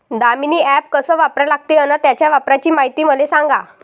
Damini app कस वापरा लागते? अन त्याच्या वापराची मायती मले सांगा